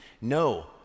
no